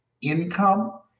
income